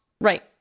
right